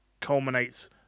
culminates